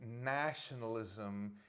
nationalism